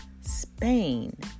Spain